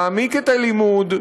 להעמיק את הלימוד,